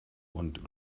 und